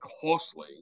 costly